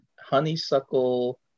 honeysuckle